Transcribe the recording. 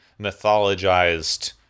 mythologized